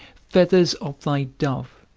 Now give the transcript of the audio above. feathers of thy dove,